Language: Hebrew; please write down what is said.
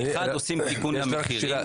אחד, עושים תיקון למחירים.